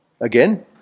again